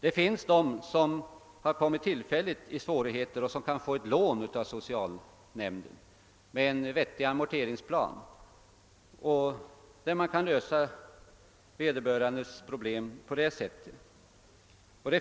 Det finns personer som tillfälligt råkar i svårigheter och som då kan få ett lån av socialnämnden med en vettig amorteringsplan, varigenom vederbörandes problem blir lösta.